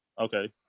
Okay